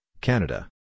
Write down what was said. Canada